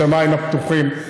בשמיים הפתוחים,